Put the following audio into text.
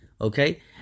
okay